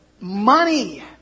money